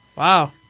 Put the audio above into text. Wow